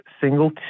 single